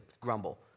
grumble